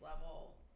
level